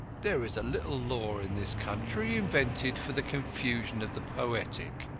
there is a little law in this country invented for the confusion of the poetic.